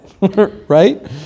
right